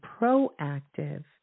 proactive